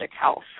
health